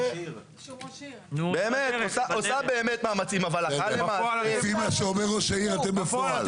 בפועל -- לפי מה שאומר ראש העיר אתם בפועל...